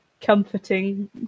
comforting